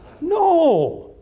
No